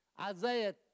Isaiah